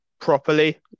properly